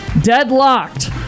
deadlocked